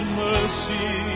mercy